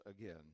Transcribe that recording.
again